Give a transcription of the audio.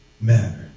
matter